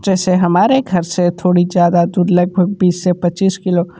जैसे हमारे घर से थोड़ी ज़्यादा दूर लगभग बीस से पच्चीस किलो